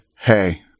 Hey